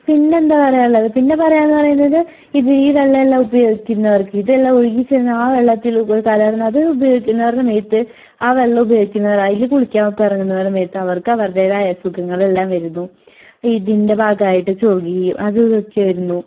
പിന്നെന്താ പറയാനുള്ളത് പിന്നെ പറയാവുന്നതെന്ന് പറയുന്നത് ഇത് ഈ വെള്ളം എല്ലാം ഉപയോഗിക്കുന്നവർക്ക് ഇതെല്ലാം ഒഴുകിച്ചെന്നു ആ വെള്ളത്തിൽ കലർന്നത് അത് ഉപയോഗിക്കുന്നവരുടെ മേത്ത് ആ വെള്ളം ഉപയോഗിക്കുന്നവരെ അതിൽ കുളിക്കാൻ ഒക്കെ ഇറങ്ങുന്നവരെ മേത്ത് അവർക്ക് അവരുടേതായ അസുഖങ്ങളെല്ലാം വരുന്നു ഇതിൻ്റെ ഭാഗമായിട്ട് ചൊറി അതും ഇതും ഒക്കെ വരുന്നു